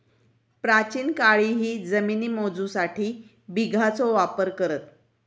प्राचीन काळीही जमिनी मोजूसाठी बिघाचो वापर करत